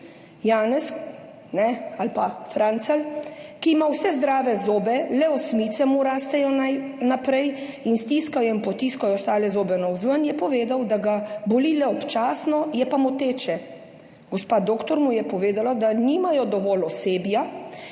Janez ali pa Francelj, ki ima vse zdrave zobe, le osmice mu rastejo naprej in stiskajo in potiskajo ostale zobe navzven, je povedal, da ga boli le občasno, je pa moteče. Gospa doktor mu je povedala, da nimajo dovolj osebja